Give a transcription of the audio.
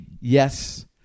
yes